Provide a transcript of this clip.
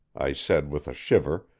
i said with a shiver,